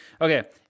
Okay